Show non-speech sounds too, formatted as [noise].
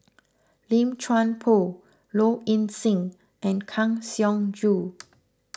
Lim Chuan Poh Low Ing Sing and Kang Siong Joo [noise]